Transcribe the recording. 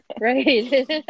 Right